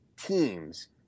teams